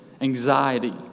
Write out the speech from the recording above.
anxiety